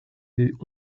des